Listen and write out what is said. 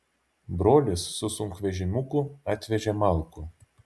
brolis su sunkvežimiuku atvežė malkų